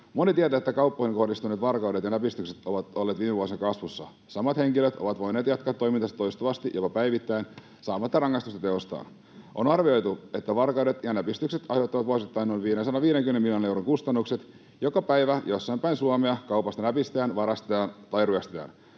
Moni tietää, että kauppoihin kohdistuneet varkaudet ja näpistykset ovat olleet viime vuosina kasvussa. Samat henkilöt ovat voineet jatkaa toimintaansa toistuvasti jopa päivittäin saamatta rangaistusta teoistaan. On arvioitu, että varkaudet ja näpistykset aiheuttavat vuosittain noin 550 miljoonan euron kustannukset. Joka päivä jossain päin Suomea kaupasta näpistetään, varastetaan tai ryöstetään.